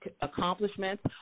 accomplishments